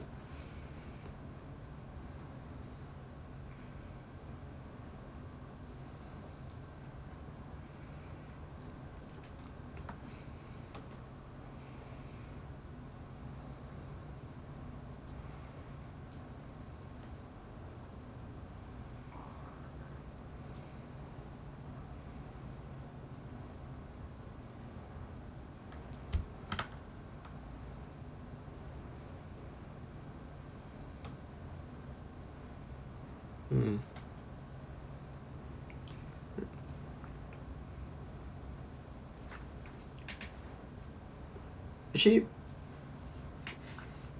mm actually